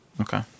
Okay